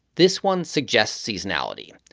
this one suggests seasonality.